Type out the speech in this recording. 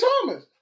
Thomas